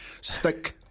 stick